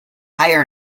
higher